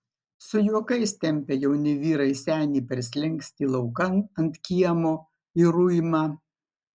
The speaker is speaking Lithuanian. su juokais tempia jauni vyrai senį per slenkstį laukan ant kiemo į ruimą